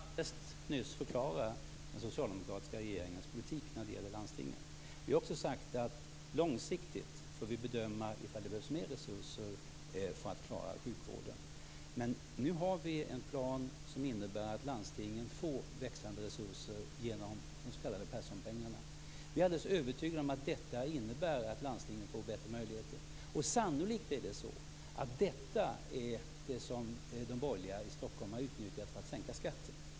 Fru talman! Chris Heister, jag försökte alldeles nyss förklara den socialdemokratiska regeringens politik när det gäller landstingen. Vi har också sagt att vi långsiktigt får bedöma om det behövs mer resurser för att klara sjukvården. Men nu har vi en plan som innebär att landstingen får ökade resurser genom de s.k. Perssonpengarna. Vi är alldeles övertygade om att detta innebär att landstingen får bättre möjligheter. Och sannolikt är det så att detta är det som de borgerliga partierna i Stockholm har utnyttjat för att sänka skatten.